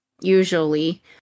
usually